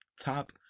top